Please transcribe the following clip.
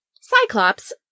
Cyclops